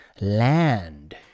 land